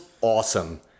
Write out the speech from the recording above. awesome